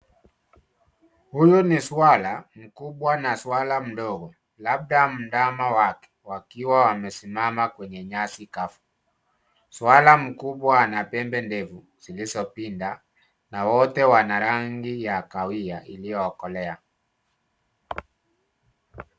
Huyu ni swara mkubwa na swara mdogo , labda ndama wake, wakiwa wamesimama kwenye nyasi kavu. Swala mkubwa ana pembe ndefu zilizopinda na wote wana rangi ya kahawia iliyokolea.